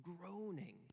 groaning